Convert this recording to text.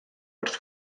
wrth